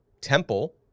temple